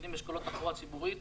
שמפעילות אשכולות תחבורה ציבורית,